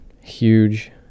huge